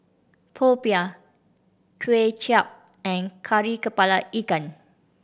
popiah Kway Chap and Kari Kepala Ikan